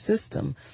system